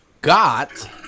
got